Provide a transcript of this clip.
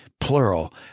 plural